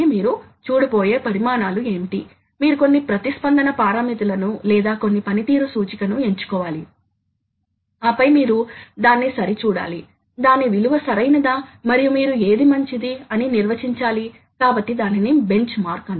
కాబట్టి మోటర్ ల విషయంలో మనకు స్టెప్ మోటర్ డ్రైవ్లు ఉండవచ్చు మనకు స్టెప్ మోటర్ డ్రైవ్లు ఉండవచ్చు లేదా హైడ్రాలిక్ డ్రైవ్ల విషయంలో మనకు అనుపాత కవాటాలు ఉన్నాయి ఇక్కడ మనం కమాండ్ ఇస్తాము మరియు దామాషా శక్తి లేదా స్థానభ్రంశం ఉంది